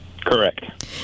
Correct